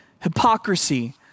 hypocrisy